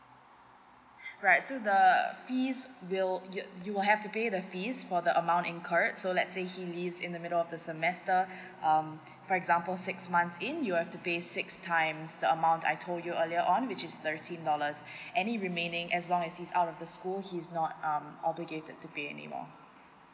right so the fees will you you will have to pay the fees for the amount incurred so let's say he leaves in the middle of the semester um for example six months in you have to pay six times the amount I told you earlier on which is thirteen dollars any remaining as long as he's out of the school he's not um obligated to pay anymore